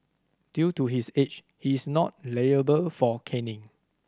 due to his age he is not liable for caning